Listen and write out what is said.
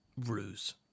ruse